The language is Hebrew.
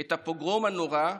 את הפוגרום הנורא,